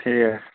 ٹھیٖک